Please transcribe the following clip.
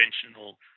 conventional